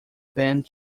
band